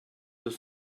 deux